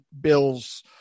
bills